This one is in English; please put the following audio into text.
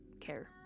care